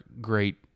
great